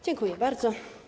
Dziękuję bardzo.